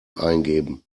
eingeben